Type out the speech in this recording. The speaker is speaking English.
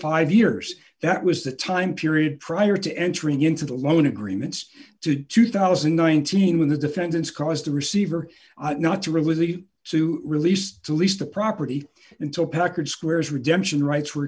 five years that was the time period prior to entering into the loan agreements to two thousand and nineteen when the defendants caused the receiver not to realty to release to lease the property until packard square's redemption rights were